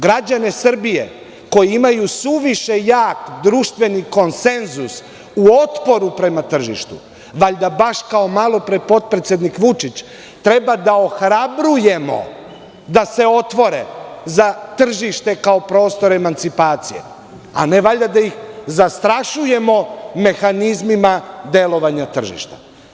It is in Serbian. Građane Srbije, koji imaju suviše jak društveni konsenzus u otporu prema tržištu, valjda baš kao malopre potpredsednik Vučić, treba da ohrabrujemo da se otvore za tržište kao prostor emancipacije, a ne valjda da ih zastrašujemo mehanizmima delovanja tržišta.